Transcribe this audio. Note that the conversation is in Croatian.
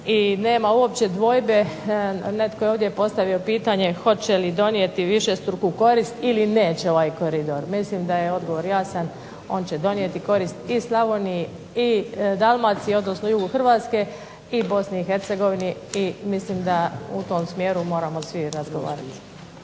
i nema uopće dvojbe, netko je ovdje postavio pitanje, hoće li donijeti višestruku korist ili neće ovaj koridor. Mislim da je odgovor jasan, on će donijeti korist i Slavoniji i Dalmaciji odnosno jugu Hrvatske i BiH i mislim da u tom smjeru moramo svi razgovarati.